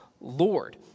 Lord